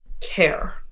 care